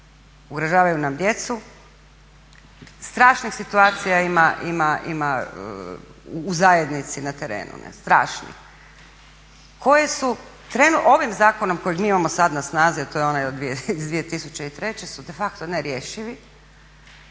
ugrožavaju nam djecu, strašnih situacija ima u zajednici na terenu, strašnih. Koje su ovim zakonom kojeg mi imamo sad na snazi a to je onaj iz 2003.su de facto nerješivi.